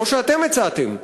כמו שאתם הצעתם,